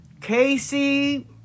Casey